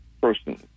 personally